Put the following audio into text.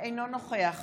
אינו נוכח